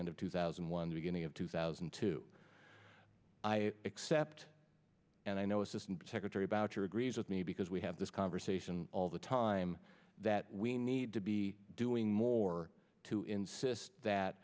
end of two thousand and one beginning of two thousand and two i accept and i know assistant secretary about your agrees with me because we have this conversation all the time that we need to be doing more to insist that